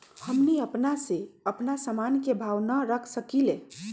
हमनी अपना से अपना सामन के भाव न रख सकींले?